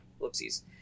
Whoopsies